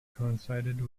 coincided